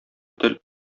тел